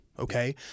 Okay